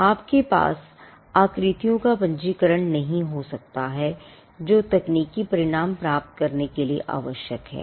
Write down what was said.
2 आपके पास आकृतियों का पंजीकरण नहीं हो सकता है जो तकनीकी परिणाम प्राप्त करने के लिए आवश्यक हैं